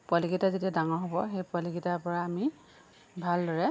পোৱালিকেইটা যেতিয়া ডাঙৰ হ'ব সেই পোৱালিকেইটাৰ পৰা আমি ভালদৰে